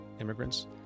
immigrants